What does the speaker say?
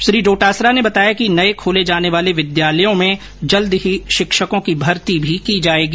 श्री डोटासरा ने बताया कि नये खोले जाने वाले विद्यालयों में जल्द ही शिक्षकों की भर्ती भी की जायेगी